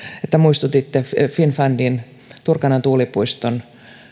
että muistutitte finnfundin turkanan tuulipuistosta